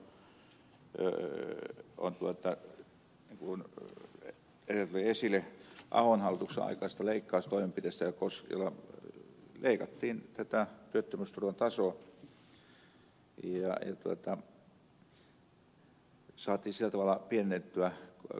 erkki virtanen koska kyse on kuten edellä tuli esille ahon hallituksen aikaisesta leikkaustoimenpiteestä jolla leikattiin työttömyysturvan tasoa ja saatiin sillä tavalla pienennettyä korvauksia